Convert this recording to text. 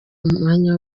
umwanya